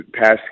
past